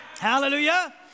Hallelujah